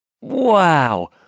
Wow